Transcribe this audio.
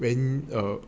then err